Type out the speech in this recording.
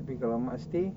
tak kalau mak stay